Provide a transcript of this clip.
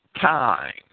time